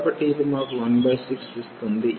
కాబట్టి ఇది మాకు 16 ఇస్తుంది